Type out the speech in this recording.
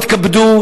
יתכבדו,